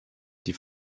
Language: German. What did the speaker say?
die